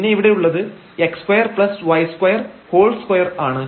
പിന്നെ ഇവിടെ ഉള്ളത് x2y22 ആണ്